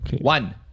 One